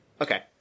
Okay